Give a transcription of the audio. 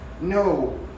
no